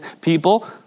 people